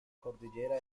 cordillera